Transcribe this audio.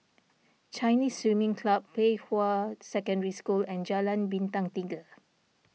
Chinese Swimming Club Pei Hwa Secondary School and Jalan Bintang Tiga